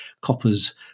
coppers